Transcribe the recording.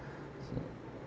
see